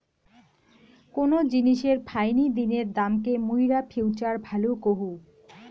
কোন জিনিসের ফাইনি দিনের দামকে মুইরা ফিউচার ভ্যালু কহু